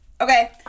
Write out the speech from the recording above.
Okay